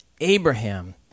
Abraham